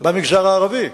במגזר הערבי?